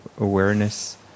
awareness